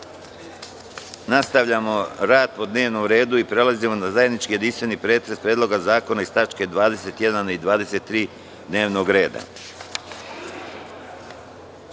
finansija. Nastavljamo rad po dnevnom redu i prelazimo na zajednički jedinstveni pretres predloga zakona iz tačke 21. 23. dnevnog